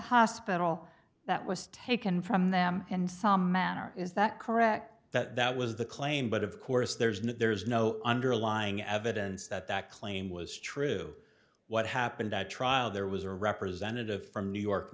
hospital that was taken from them in some manner is that correct that was the claim but of course there's no there's no underlying evidence that that claim was true what happened at trial there was a representative from new york